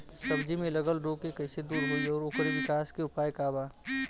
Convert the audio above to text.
सब्जी में लगल रोग के कइसे दूर होयी और ओकरे विकास के उपाय का बा?